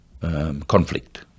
conflict